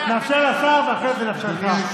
נאפשר לשר ואחרי זה נאפשר לך.